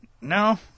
No